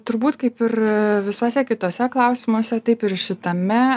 turbūt kaip ir visuose kituose klausimuose taip ir šitame